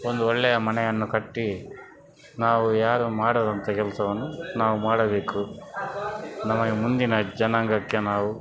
ಒಂದು ಒಳ್ಳೆಯ ಮನೆಯನ್ನು ಕಟ್ಟಿ ನಾವು ಯಾರು ಮಾಡದಂಥ ಕೆಲಸವನ್ನು ನಾವು ಮಾಡಬೇಕು ನಮಗೆ ಮುಂದಿನ ಜನಾಂಗಕ್ಕೆ ನಾವು